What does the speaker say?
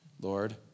Lord